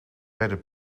werden